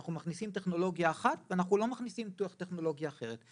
ואנחנו מכניסים טכנולוגיה אחת ואנחנו לא מכניסים טכנולוגיה אחרת,